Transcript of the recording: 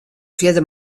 fierder